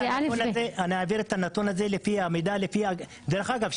אני אעביר את הנתון הזה לפי המידע --- דרך אגב,